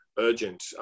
Urgent